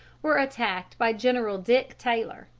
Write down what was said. were attacked by general dick taylor,